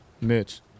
Mitch